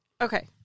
okay